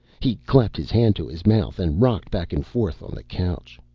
he clapped his hand to his mouth and rocked back and forth on the couch.